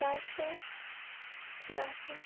ᱪᱟᱨᱥᱳ ᱪᱩᱨᱟᱥᱤ